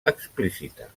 explícita